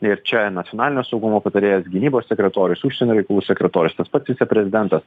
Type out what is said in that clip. ir čia nacionalinio saugumo patarėjas gynybos sekretorius užsienio reikalų sekretorius tas pats viceprezidentas